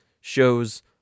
shows